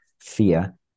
fear